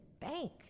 bank